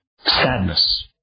sadness